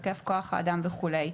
היקף כוח האדם וכולי.